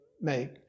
make